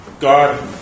God